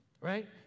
right